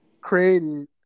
created